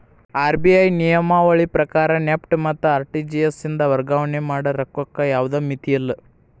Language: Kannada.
ಆರ್.ಬಿ.ಐ ನಿಯಮಾವಳಿ ಪ್ರಕಾರ ನೆಫ್ಟ್ ಮತ್ತ ಆರ್.ಟಿ.ಜಿ.ಎಸ್ ಇಂದ ವರ್ಗಾವಣೆ ಮಾಡ ರೊಕ್ಕಕ್ಕ ಯಾವ್ದ್ ಮಿತಿಯಿಲ್ಲ